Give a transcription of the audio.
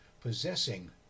possessing